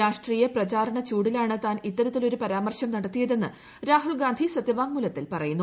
രാഷ്ട്രീയ പ്രചാരണ ചൂടിലാണ് താൻ ഇത്തരത്തിലൊരു പരാമർശം നടത്തിയതെന്ന് രാഹുൽഗാന്ധി സത്യവാങ്മൂലത്തിൽ പറയുന്നു